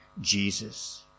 Jesus